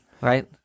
right